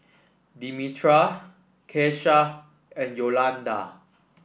Demetra Kesha and Yolanda